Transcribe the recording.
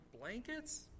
blankets